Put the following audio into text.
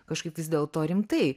kažkaip vis dėl to rimtai